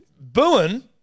Booing